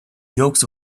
yolks